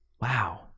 Wow